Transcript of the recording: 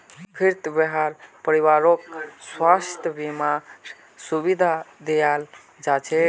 फ्रीत वहार परिवारकों स्वास्थ बीमार सुविधा दियाल जाछेक